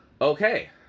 Okay